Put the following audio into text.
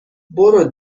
برو